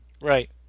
right